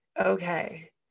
Okay